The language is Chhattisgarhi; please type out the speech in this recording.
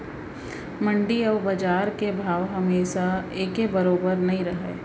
मंडी अउ बजार के भाव हमेसा एके बरोबर नइ रहय